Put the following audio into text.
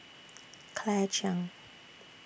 Claire Chiang